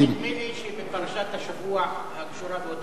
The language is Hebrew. נדמה לי שבעלון פרשת השבוע הקשורה לאותו נושא